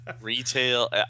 Retail